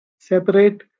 separate